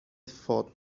thought